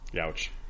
ouch